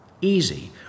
Easy